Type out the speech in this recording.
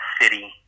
city